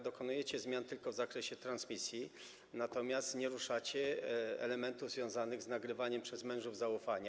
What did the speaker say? Dokonujecie zmian tylko w zakresie transmisji, natomiast nie ruszacie elementów związanych z nagrywaniem przez mężów zaufania.